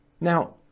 Now